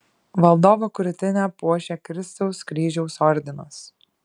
valdovo krūtinę puošia kristaus kryžiaus ordinas